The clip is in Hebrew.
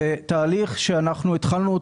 זה תהליך שהתחלנו פה,